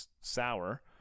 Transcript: sour